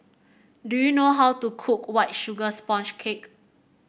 do you know how to cook White Sugar Sponge Cake